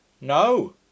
No